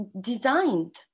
designed